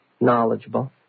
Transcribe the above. knowledgeable